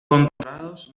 controlados